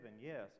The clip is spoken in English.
yes